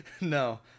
No